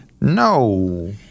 No